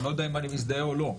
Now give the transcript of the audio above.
אני לא יודע אם אני מזדהה או לא.